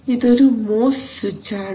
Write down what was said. ഇതൊരു MOS switch ആണ്